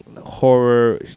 horror